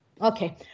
Okay